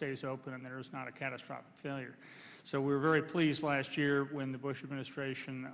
stays open and there is not a catastrophic failure so we're very pleased last year when the bush administration